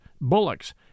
bullocks